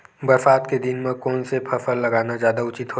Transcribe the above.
बरसात के दिन म कोन से फसल लगाना जादा उचित होही?